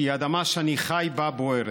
כי האדמה שאני חי בה בוערת.